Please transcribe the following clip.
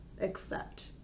accept